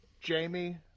Jamie